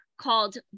called